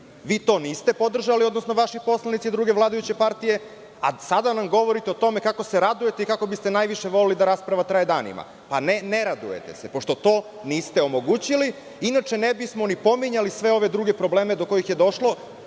Vi to niste podržali, odnosno vaši poslanici, druge vladajuće partije, a sada nam govorite o tome kako se radujete i kako biste najviše voleli da rasprava traje danima. Ne radujete se, pošto to niste omogućili. Inače ne bismo ni pominjali sve ove druge probleme do kojih je došlo